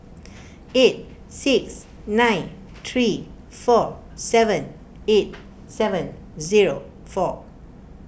eight six nine three four seven eight seven zero four